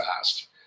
fast